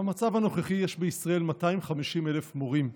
במצב הנוכחי יש בישראל 250,000 מורים,